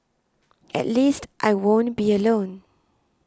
at least I won't be alone